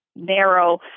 narrow